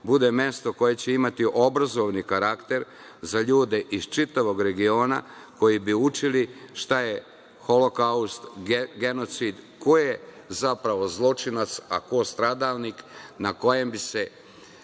bude mesto koje će imati obrazovni karakter za ljude iz čitavog regiona koji bi učili šta je holokaust, genocid, ko je zapravo zločinac, a ko stradalnik, na kojem bi se